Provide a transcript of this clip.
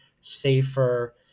safer